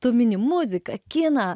tu mini muziką kiną